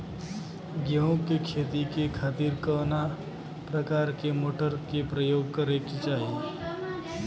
गेहूँ के खेती के खातिर कवना प्रकार के मोटर के प्रयोग करे के चाही?